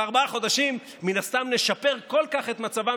בארבעה חודשים מן הסתם נשפר כל כך את מצבם